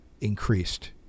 increased